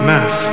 Mass